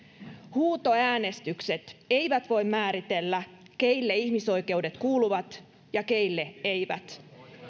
huutoäänestykset eivät voi määritellä keille ihmisoikeudet kuuluvat ja keille eivät